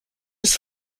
ist